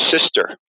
sister